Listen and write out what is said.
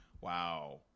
Wow